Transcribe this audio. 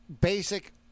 basic